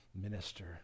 minister